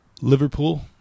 Liverpool